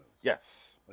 Yes